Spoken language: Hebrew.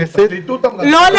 לדבר.